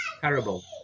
terrible